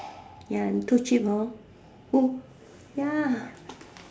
ya and too cheap hor who ya